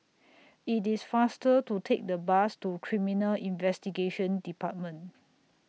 IT IS faster to Take The Bus to Criminal Investigation department